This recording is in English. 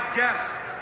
guest